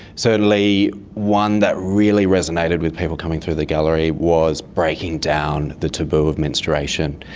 certainly one that really resonated with people coming through the gallery was breaking down the taboo of menstruation.